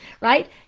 right